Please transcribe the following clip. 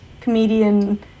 comedian